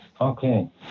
Okay